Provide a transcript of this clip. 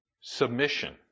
submission